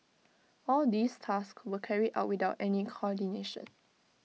all these tasks were carried out without any coordination